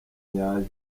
nyayo